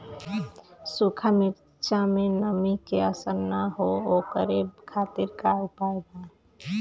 सूखा मिर्चा में नमी के असर न हो ओकरे खातीर का उपाय बा?